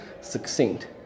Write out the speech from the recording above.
succinct